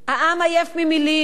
העם עייף ממלים,